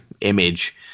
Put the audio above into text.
image